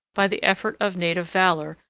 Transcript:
by the effort of native valor,